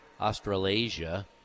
Australasia